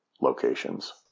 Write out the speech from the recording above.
locations